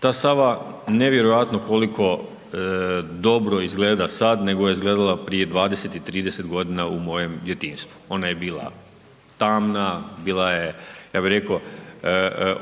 Ta Sava nevjerojatno koliko dobro izgleda sad nego je izgledala prije 20 i 30 godina u mojem djetinjstvu. Ona je bila tamna, bila je, ja bih rekao